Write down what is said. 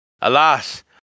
Alas